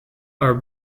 are